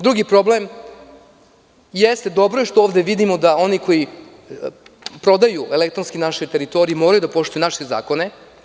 Drugi problem jeste, dobro je što ovde vidimo, da oni koji prodaju elektronski na našoj teritoriji moraju da poštuju naše zakone.